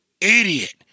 idiot